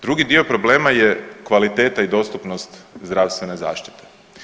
Drugi dio problema je kvaliteta i dostupnost zdravstvene zaštite.